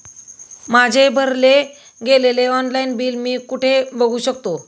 माझे भरले गेलेले ऑनलाईन बिल मी कुठे बघू शकतो?